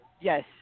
Yes